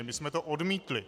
My jsme to odmítli.